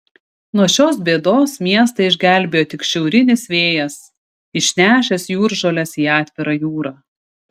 nuo šios bėdos miestą išgelbėjo tik šiaurinis vėjas išnešęs jūržoles į atvirą jūrą